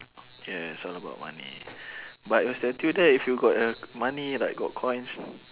yes all about money but your statue there if you got uh money like got coins